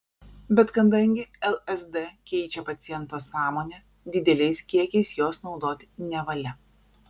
bet kadangi lsd keičia paciento sąmonę dideliais kiekiais jos naudoti nevalia